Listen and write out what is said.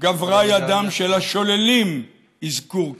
גברה ידם של השוללים אזכור כזה.